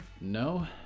No